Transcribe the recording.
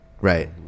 Right